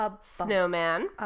Snowman